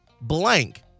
blank